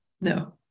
No